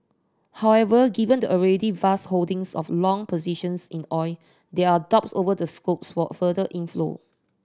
however given the already vast holdings of long positions in oil there are doubts over the scopes for further inflow